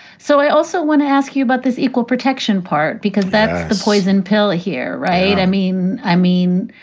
so i also want to ask you about this equal protection part, because that's a poison pill here, right? i mean i mean,